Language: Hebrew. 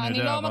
אני יודע,